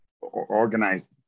organized